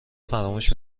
فراموش